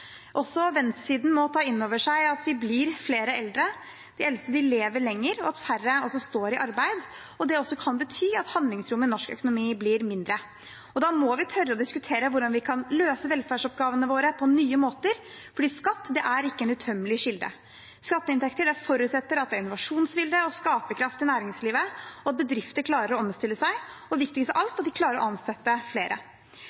Også venstresiden må ta inn over seg at vi blir flere eldre, de eldste lever lenger, og at færre står i arbeid, og at det kan bety at handlingsrommet i norsk økonomi blir mindre. Da må vi tørre å diskutere hvordan vi kan løse velferdsoppgavene våre på nye måter, for skatt er ikke en utømmelig kilde. Skatteinntekter forutsetter at det er innovasjonsvilje og skaperkraft i næringslivet, at bedrifter klarer å omstille seg, og, viktigst av